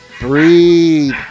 Breathe